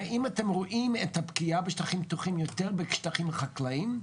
האם אתם רואים את הפגיעה בשטחים פתוחים יותר משטחים חקלאים?